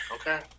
okay